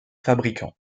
fabricants